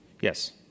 Yes